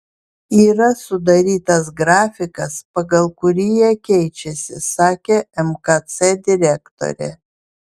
yra sudarytas grafikas pagal kurį jie keičiasi sakė mkc direktorė